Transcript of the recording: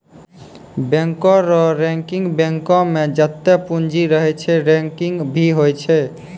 बैंको रो रैंकिंग बैंको मे जत्तै पूंजी रहै छै रैंकिंग भी होय छै